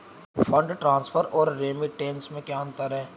Fund transfer और remittance में क्या अंतर है?